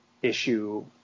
issue